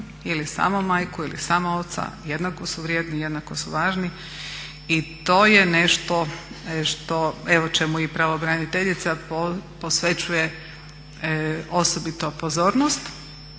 ili samo majku ili samo oca. Jednako su vrijedni, jednako su važni i to je nešto što evo čemu i pravobraniteljica posvećuje osobito pozornost.